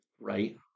Right